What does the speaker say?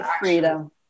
freedom